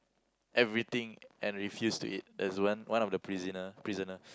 everything and refuse to eat there's one one of the prisoner prisoner